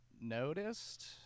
noticed